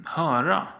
höra